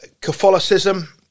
Catholicism